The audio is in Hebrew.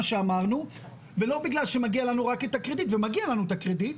שאמרנו ולא בגלל שמגיע לנו רק את הקרדיט ומגיע לנו את הקרדיט,